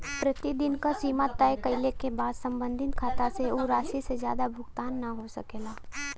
प्रतिदिन क सीमा तय कइले क बाद सम्बंधित खाता से उ राशि से जादा भुगतान न हो सकला